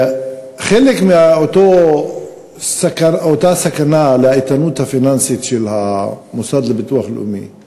חלק מאותה סכנה לאיתנות הפיננסית של המוסד לביטוח לאומי הוא